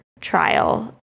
trial